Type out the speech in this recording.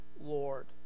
Lord